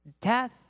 death